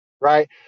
right